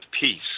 peace